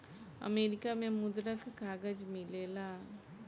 America में मुद्रक कागज मिलेला